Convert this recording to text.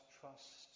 trust